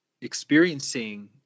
experiencing